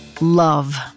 Love